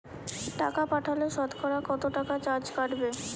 টাকা পাঠালে সতকরা কত টাকা চার্জ কাটবে?